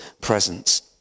presence